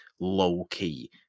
low-key